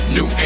New